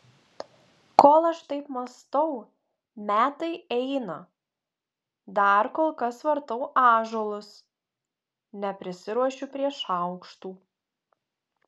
kol aš taip mąstau metai eina dar kol kas vartau ąžuolus neprisiruošiu prie šaukštų